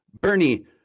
Bernie